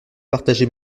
partager